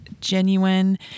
genuine